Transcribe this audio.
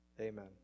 Amen